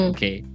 Okay